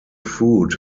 fruit